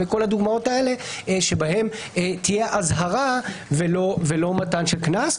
וכל הדוגמאות האלה שבהן תהיה אזהרה ולא מתן של קנס,